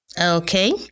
Okay